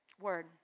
word